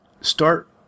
start